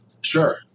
Sure